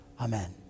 Amen